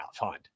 hunt